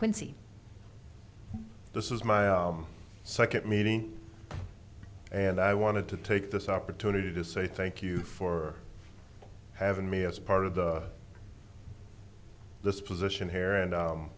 quincy this is my second meeting and i wanted to take this opportunity to say thank you for having me as part of this position here and